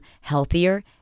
healthier